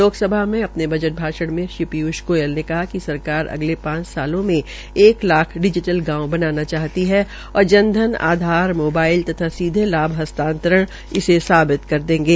लोकसभा में अपने बजट भाषण में श्री पीयूष गोयल ने कहा कि सरकार अगले पांच सालों में एक लाख डिजिटल गांव बनाना चाहती है और जन धन आधार मोबाइल तथा सीधे लाभ हस्तातरण इसे साबित कर देंगे